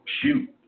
shoot